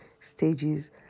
Stages